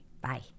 Bye